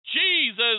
jesus